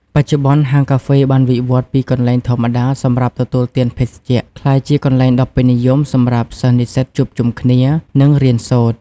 បច្ចុប្បន្ន ហាងកាហ្វេបានវិវត្តន៍ពីកន្លែងធម្មតាសម្រាប់ទទួលទានភេសជ្ជៈ ក្លាយជាកន្លែងដ៏ពេញនិយមសម្រាប់សិស្សនិស្សិតជួបជុំគ្នា និងរៀនសូត្រ។